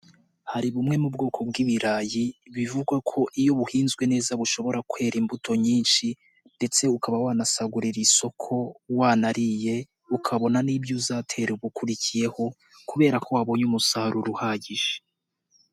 Hari bumwe mu bwoko bw'ibirayi bivugwa ko iyo buhinzwe neza bushobora kwera imbuto nyinshi ndetse ukaba wanasagurira isoko, wanariye, ukabona n'ibyo uzatera ubukurikiyeho kubera ko wabonye umusaruro uhagije.